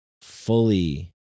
fully